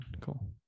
cool